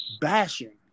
bashing